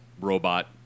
robot